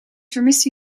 vermiste